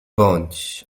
bądź